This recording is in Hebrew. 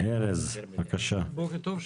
בוקר טוב,